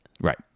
Right